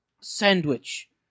Sandwich